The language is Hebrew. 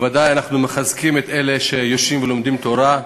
בוודאי אנחנו מחזקים את אלה שיושבים ולומדים תורה,